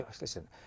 listen